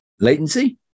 latency